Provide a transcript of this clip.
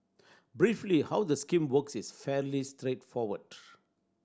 briefly how the scheme works is fairly straightforward